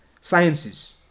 sciences